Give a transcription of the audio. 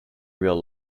real